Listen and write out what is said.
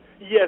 Yes